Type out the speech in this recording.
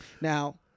Now